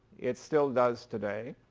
it still does today.